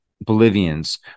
Bolivians